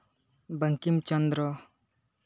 Bankim Chandra